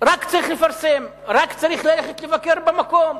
רק צריך לפרסם, רק צריך ללכת לבקר במקום.